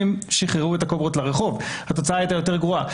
שחררו את הקוברות לרחוב והתוצאה הייתה יותר גרועה.